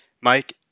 Mike